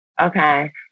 okay